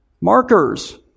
Markers